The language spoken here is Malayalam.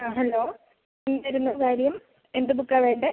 ആ ഹലോ എന്തായിരുന്നു കാര്യം എന്ത് ബുക്കാണ് വേണ്ടത്